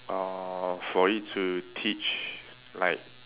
uh for it to teach like